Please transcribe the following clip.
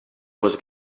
was